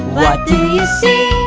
what do you see?